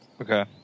Okay